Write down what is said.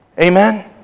Amen